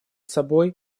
собой